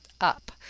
up